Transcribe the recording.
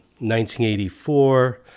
1984